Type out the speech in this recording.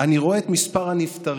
אני רואה את מספר הנפטרים